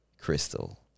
crystal